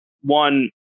one